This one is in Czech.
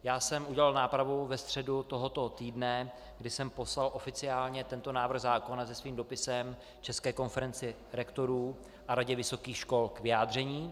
Já jsem udělal nápravu ve středu tohoto týdne, kdy jsem poslal oficiálně návrh zákona se svým dopisem České konferenci rektorů a Radě vysokých škol k vyjádření.